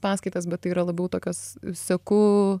paskaitas bet tai yra labiau tokios seku